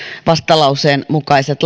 vastalauseen mukaiset